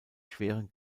schweren